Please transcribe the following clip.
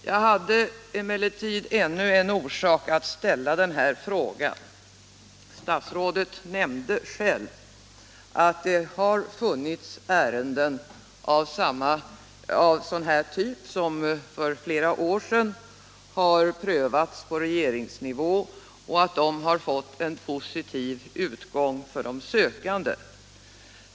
Jag hade emellertid ännu en orsak att ställa denna fråga. Statsrådet nämnde själv att det har funnits ärenden av sådan här typ som för flera år sedan har prövats på regeringsnivå, och att de har fått en positiv utgång för de sökande.